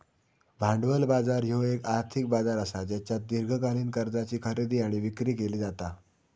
भांडवल बाजार ह्यो येक आर्थिक बाजार असा ज्येच्यात दीर्घकालीन कर्जाची खरेदी आणि विक्री केली जाता